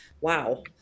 wow